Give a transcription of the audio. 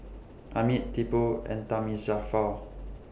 Amit Tipu and Thamizhavel